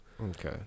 okay